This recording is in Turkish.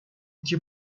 iki